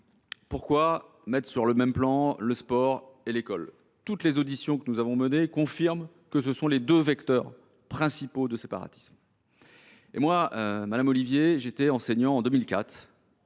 Pourquoi mettre sur le même plan le sport et l’école ? C’est parce que toutes les auditions que nous avons menées confirment que ce sont les deux vecteurs principaux de séparatisme. Madame Ollivier, j’étais enseignant en 2004,